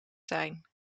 zijn